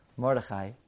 Mordechai